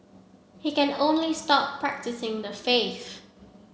he can only stop practising the faith